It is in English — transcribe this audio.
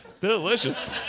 Delicious